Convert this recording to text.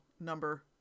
number